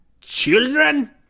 children